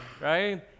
right